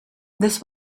this